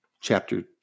chapter